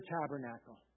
tabernacle